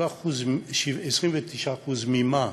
29% ממה?